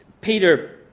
Peter